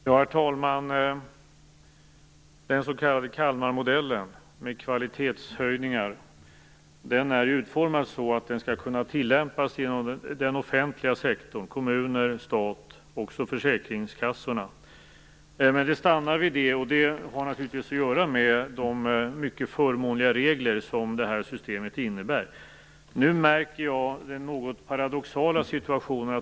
Herr talman! Den s.k. Kalmarmodellen med kvalitetshöjningar är utformad så att den skall kunna tilllämpas inom den offentliga sektorn - kommuner och stat samt försäkringskassorna. Men det stannar vid det, och det har naturligtvis att göra med de mycket förmånliga regler som det här systemet innebär. Nu märker jag en något paradoxal situation.